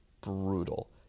brutal